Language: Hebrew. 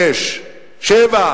6, 7,